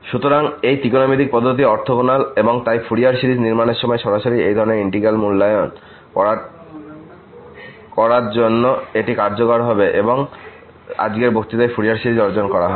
সুতরাং এই ত্রিকোণমিতিক পদ্ধতিটি অর্থগোনাল তাই ফুরিয়ার সিরিজ নির্মাণের সময় সরাসরি এই ধরনের ইন্টিগ্র্যাল মূল্যায়ন করার জন্য এটি কার্যকর হবে অথবা আজকের বক্তৃতায় ফুরিয়ার সিরিজ অর্জন করা হবে